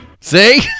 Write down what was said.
See